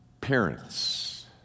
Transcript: parents